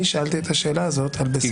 שאלתי את השאלה הזאת על בסיס ----- כי